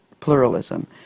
pluralism